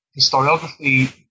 historiography